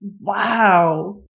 Wow